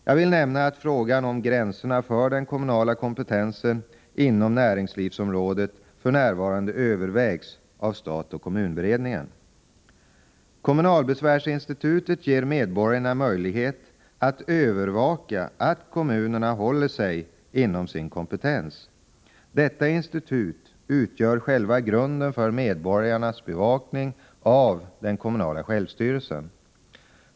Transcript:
Jag vill nämna att frågan om gränserna för den kommunala kompetensen inom näringslivsområdet för närvarande övervägs av stat-kommun-beredningen . Kommunalbesvärsinstitutet ger medborgarna möjlighet att övervaka att kommunerna håller sig inom sin kompetens. Detta institut utgör själva grunden för medborgarnas bevakning av den kommunala självstyrelsen.